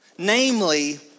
Namely